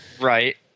Right